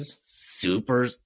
super